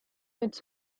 its